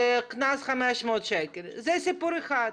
קנס של 500 שקל זה סיפור אחד.